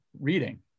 reading